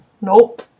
Nope